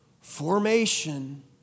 formation